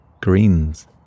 greens